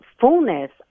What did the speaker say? fullness